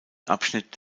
abschnitt